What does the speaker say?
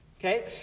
okay